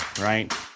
right